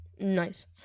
Nice